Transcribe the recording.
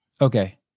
okay